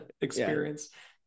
experience